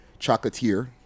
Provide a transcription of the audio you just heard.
Chocolatier